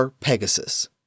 Pegasus